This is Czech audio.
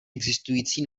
existující